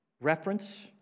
reference